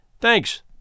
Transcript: Thanks